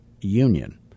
Union